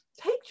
Take